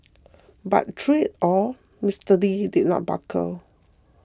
but through it all Mister Lee did not buckle